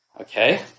Okay